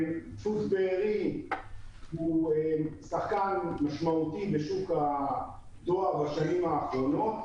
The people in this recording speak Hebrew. דפוס בארי הוא שחקן משמעותי בשוק הדואר בשנים האחרונות.